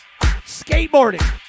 Skateboarding